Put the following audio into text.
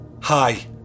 Hi